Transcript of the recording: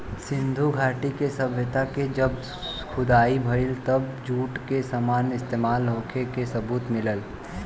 सिंधु घाटी के सभ्यता के जब खुदाई भईल तब जूट के सामान इस्तमाल होखे के सबूत मिलल